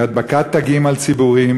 מהדבקת תגים על ציבורים,